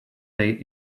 they